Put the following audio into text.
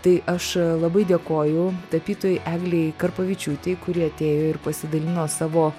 tai aš labai dėkoju tapytojai eglei karpavičiūtei kuri atėjo ir pasidalino savo